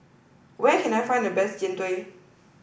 where can I find the best Jian Dui